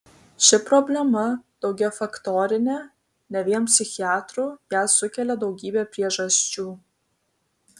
ši problema daugiafaktorinė ne vien psichiatrų ją sukelia daugybė priežasčių